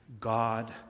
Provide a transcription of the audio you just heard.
God